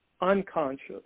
unconscious